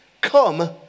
Come